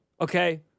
okay